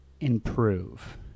improve